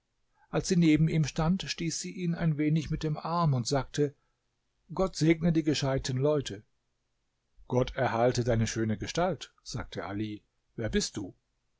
als sie neben ihm stand stieß sie ihn ein wenig mit dem arm und sagte gott segne die gescheiten leute gott erhalte deine schöne gestalt sagte ali wer bist du